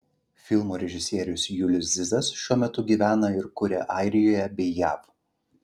filmo režisierius julius zizas šiuo metu gyvena ir kuria airijoje bei jav